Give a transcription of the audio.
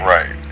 Right